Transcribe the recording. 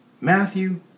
Matthew